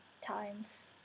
times